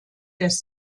des